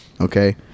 Okay